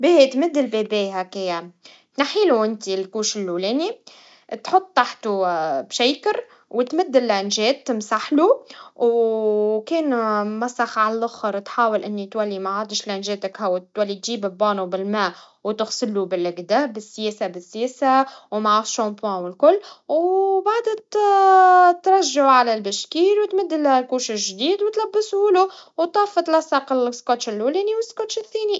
باهي, تمد البيبي هكيا, تنحيلو انتي الكوش الاولاني, تحط تحته بشيكر, وتمد اللانجات, تمسحله, و كان مسخ عالآخر تحاول إني تولي معادش لانجات هكا, وتحاول تحول تجيب البونو بالماء, وتغسلوا بالاقدا, بالسياسا بالسياسا, ومعا الشامبو والكل, وبعد ت ترجعوا عالبشكير, وتمد الهاكوش جديد, وتلبسهوله وتاخد نسق الاسكوتش الاولاني, والسكوتش الثاني.